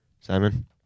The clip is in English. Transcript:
Simon